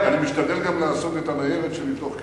אני משתדל גם לעשות את הניירת שלי תוך כדי,